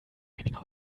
weniger